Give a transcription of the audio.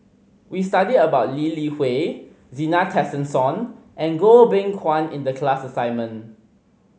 we studied about Lee Li Hui Zena Tessensohn and Goh Beng Kwan In the class assignment